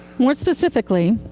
more specifically,